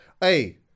Hey